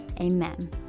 Amen